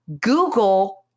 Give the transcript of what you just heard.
Google